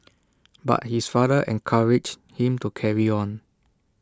but his father encouraged him to carry on